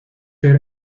der